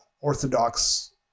orthodox